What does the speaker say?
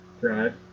drive